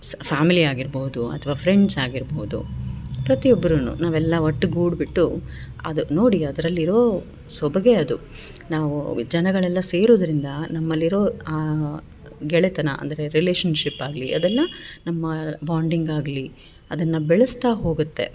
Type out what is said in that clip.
ಸಹ ಫ್ಯಾಮಿಲಿ ಆಗಿರ್ಬೋದು ಅಥ್ವ ಫ್ರೆಂಡ್ಸ್ ಆಗಿರ್ಬೋದು ಪ್ರತಿಯೊಬ್ರು ನಾವೆಲ್ಲ ಒಟ್ಟುಗೂಡ್ಬಿಟ್ಟು ಅದು ನೋಡಿ ಅಚರಲ್ಲಿರೋ ಸೊಬಗೆ ಅದು ನಾವೂ ಜನಗಳೆಲ್ಲ ಸೆರೋದರಿಂದ ನಮ್ಮಲ್ಲಿರೊ ಗೆಳೆತನ ಅಂದರೆ ರಿಲೇಷನ್ಶಿಪ್ ಆಗಲಿ ಅದೆಲ್ಲ ನಮ್ಮ ಬಾಂಡಿಂಗ್ ಆಗಲಿ ಅದನ್ನು ಬೆಳೆಸ್ತಾ ಹೋಗುತ್ತೆ